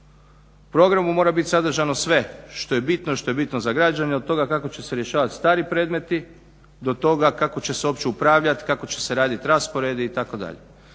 programu mora biti sadržano sve što je bitno, što je bitno za građane. Od toga kako će se rješavati stari predmeti do toga kako će se uopće upravljati, kako će se raditi rasporedi itd.